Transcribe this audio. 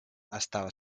estava